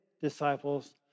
disciples